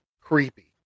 creepy